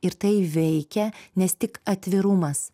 ir tai veikia nes tik atvirumas